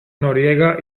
noriega